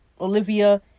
Olivia